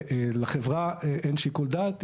לחברה אין שיקול דעת.